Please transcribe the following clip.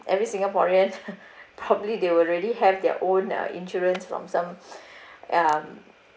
every singaporean probably they will already have their own uh insurance from some um